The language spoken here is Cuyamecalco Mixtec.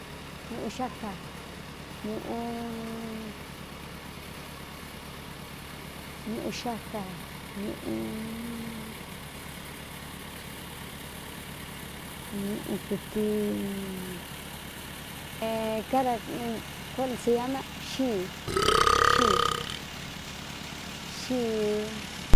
Ñꞌuxáañꞌñuꞌu xáca ñuꞌu ñuꞌu kɨtɨcadacolsiama xɨɨxɨɨ xɨɨ.